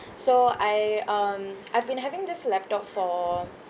so I um I've been having this laptop for